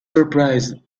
surprised